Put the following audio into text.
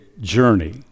journey